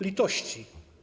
Litości.